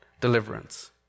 deliverance